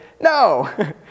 No